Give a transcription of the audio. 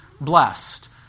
blessed